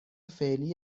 فعلی